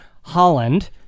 Holland